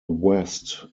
west